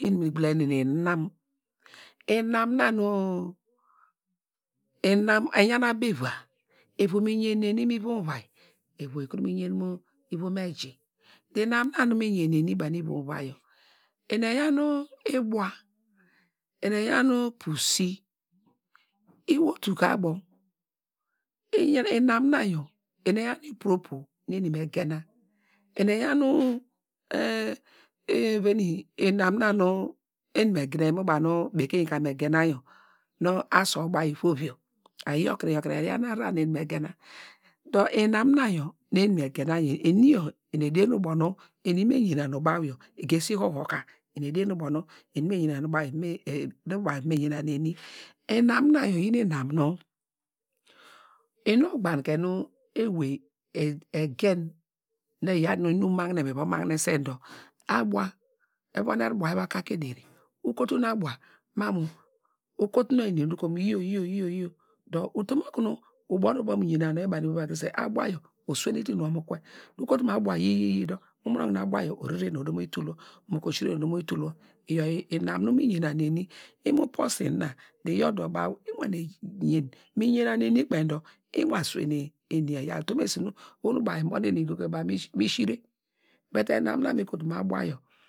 Inuna nu igbulanen nu inam inam na nu, inam iyan abo- iva, ivu mu yen na eni mu ivom uvai, iyin ibua, eni eyan nu possy, iwotu ka abo, inam nu enu bekeiny ka mè gena nu asow ba ka ivov yor, eyor kreba eyan arar kre nu eni gena, ikrre abaw yor enu gbane nu ewey egen dor, inum na eyan nu inum magne eva magnese dor, evon abuwa eva kake ederi, ukotu nu abua yi yioo, utom okunu ubo nu ova mu yen nu oyi ivom uvai krese dor ubua yor orere odey tul wor, mokum osire odor tul wor, imo porsy dor baw me yen na eni kpeiny dor ukotu baw me̱ shire